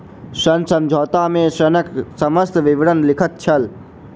ऋण समझौता में ऋणक समस्त विवरण लिखल छल